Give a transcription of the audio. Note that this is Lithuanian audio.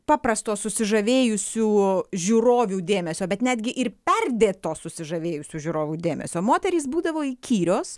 paprasto susižavėjusių žiūrovių dėmesio bet netgi ir perdėto susižavėjusių žiūrovų dėmesio moterys būdavo įkyrios